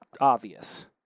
obvious